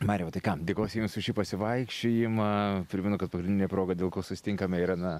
mariau tai ką dėkosiu jums už šį pasivaikščiojimą primenu kad pagrindinė proga dėl ko susitinkame yra na